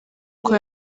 uko